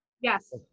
yes